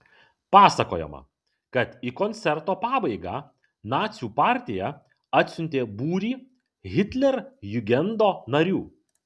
pasakojama kad į koncerto pabaigą nacių partija atsiuntė būrį hitlerjugendo narių